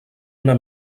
una